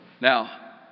Now